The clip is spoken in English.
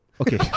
Okay